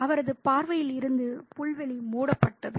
அவரது பார்வையில் இருந்து புல்வெளி மூடப்பட்டது